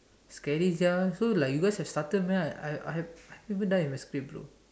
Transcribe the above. scary sia so like you guys have started meh I I have I have I haven't even done with my script bro